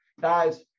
guys